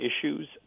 issues